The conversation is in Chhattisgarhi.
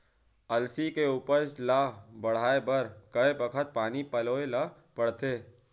अलसी के उपज ला बढ़ए बर कय बखत पानी पलोय ल पड़थे?